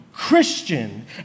Christian